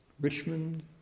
Richmond